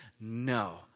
no